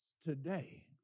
today